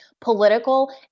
political